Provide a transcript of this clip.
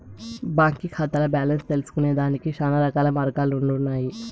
బాంకీ కాతాల్ల బాలెన్స్ తెల్సుకొనేదానికి శానారకాల మార్గాలుండన్నాయి